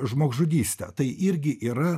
žmogžudystę tai irgi yra